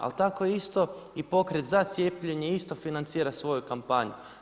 Ali tako isto i pokret za cijepljenje isto financira svoju kampanju.